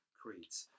creeds